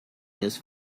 his